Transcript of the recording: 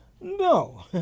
No